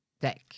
deck